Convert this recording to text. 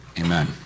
Amen